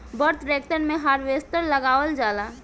बड़ ट्रेक्टर मे हार्वेस्टर लगावल जाला